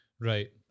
Right